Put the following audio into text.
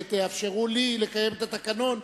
תאפשרו לי לקיים את התקנון,